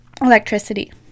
electricity